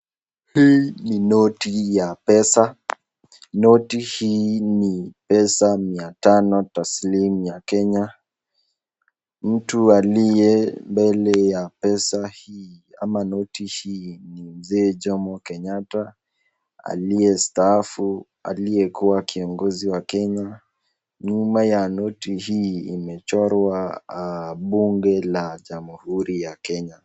Hii ni noti ya pesa noti hii ni pesa mia tano taslimu ya Kenya mtu aliye mbele ya pesa hii ama noti hii ni mzee Jomo Kenyatta aliyestaafu aliyekuwa kiongozi wa Kenya nyuma ya noti hii imechorwa bunge la jamhuri ya Kenya.